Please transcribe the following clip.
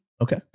Okay